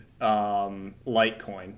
litecoin